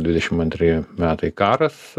dvidešimt antrieji metai karas